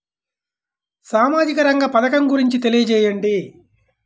సామాజిక రంగ పథకం గురించి తెలియచేయండి?